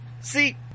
See